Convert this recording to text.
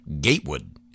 Gatewood